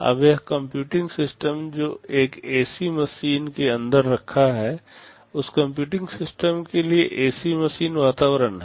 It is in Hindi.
अब यह कंप्यूटिंग सिस्टम जो एक एसी मशीन के अंदर रखा है उस कंप्यूटिंग सिस्टम के लिए एसी मशीन वातावरण है